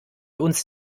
uns